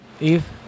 Eve